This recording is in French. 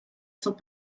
sont